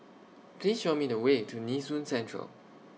Please Show Me The Way to Nee Soon Central